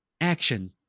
action